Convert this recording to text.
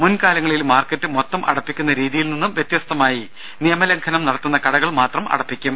മുൻ കാലങ്ങളിൽ മാർക്കറ്റ് മൊത്തം അടപ്പിക്കുന്ന രീതിയിൽ നിന്നും വ്യത്യസ്തമായി നിയമലംഘനം നടത്തുന്ന കടകൾ മാത്രം അടപ്പിക്കും